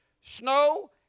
snow